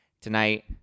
Tonight